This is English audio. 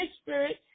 spirit